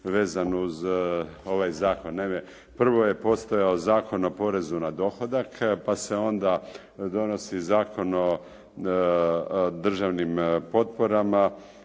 vezan uz ovaj zakon. Naime, prvo je postojao Zakon o porezu na dohodak, pa se onda donosi Zakon o državnim potporama